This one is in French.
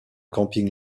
camping